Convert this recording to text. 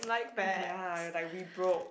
is ya like we broke